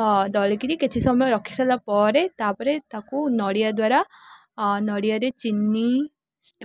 ଅ ଦଳିକିିରି କିଛି ସମୟରେ ରଖି ସାରିଲା ପରେ ତାପରେ ତାକୁ ନଡ଼ିଆ ଦ୍ୱାରା ନଡ଼ିଆରେ ଚିନି